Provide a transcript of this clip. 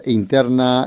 interna